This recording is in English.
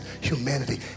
humanity